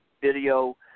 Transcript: video